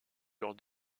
lors